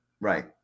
Right